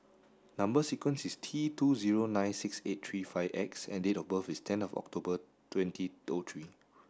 number sequence is T two zero nine six eight three five X and date of birth is ten of October twenty O three